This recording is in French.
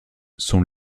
sont